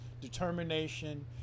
determination